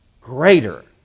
greater